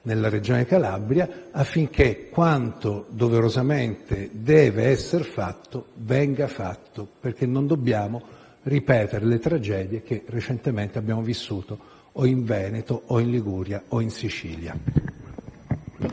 nella Regione Calabria), affinché quanto doverosamente deve essere fatto sia fatto. Non si devono infatti ripetere le tragedie che recentemente abbiamo vissuto in Veneto, in Liguria o in Sicilia.